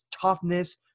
toughness